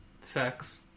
sex